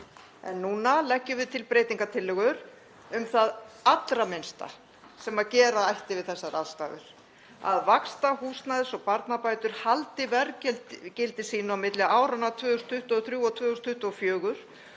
En núna leggjum við til breytingartillögur um það allra minnsta sem gera ætti við þessar aðstæður; að vaxta-, húsnæðis- og barnabætur haldi verðgildi sínu á milli áranna 2023 og 2024